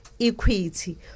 equity